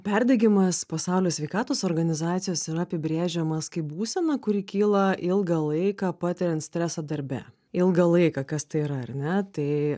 perdegimas pasaulio sveikatos organizacijos yra apibrėžiamas kaip būsena kuri kyla ilgą laiką patiriant stresą darbe ilgą laiką kas tai yra ar ne tai